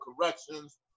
corrections